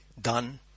done